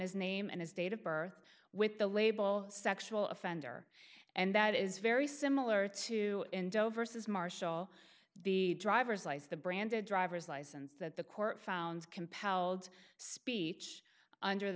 his name and his date of birth with the label sexual offender and that is very similar to in dover says marshall the driver's license the branded driver's license that the court found compelled speech under the